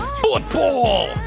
football